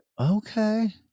Okay